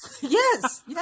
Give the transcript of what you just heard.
Yes